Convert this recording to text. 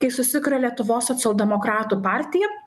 kai susikuria lietuvos socialdemokratų partija